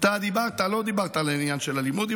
דיברת על העניין של אלימות,